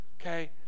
okay